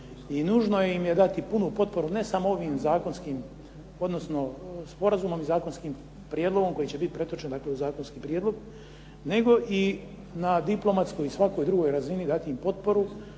i nužno im je dati punu potporu ne samo ovim financijskim odnosno sporazumom i zakonskim prijedlogom koji će biti pretočen u zakonski prijedlog nego i na diplomatskoj i svakoj drugoj razini dati im potporu